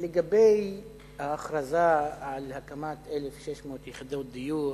לגבי ההכרזה על הקמת 1,200 יחידות דיור